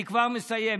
אני כבר מסיים.